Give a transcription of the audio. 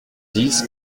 dix